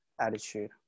attitude